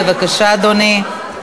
בבקשה, אדוני.